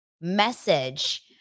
message